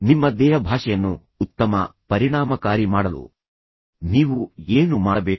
ನಿಮ್ಮ ದೇಹಭಾಷೆಯನ್ನು ಉತ್ತಮ ಪರಿಣಾಮಕಾರಿ ಮಾಡಲು ನೀವು ಏನು ಮಾಡಬೇಕು